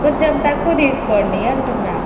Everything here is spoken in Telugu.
కొంచెం తక్కువ తీసుకోండీ అంటున్నాను